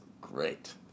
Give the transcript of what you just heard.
great